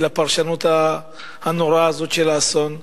לפרשנות הנוראה הזאת של האסון,